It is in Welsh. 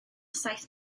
saith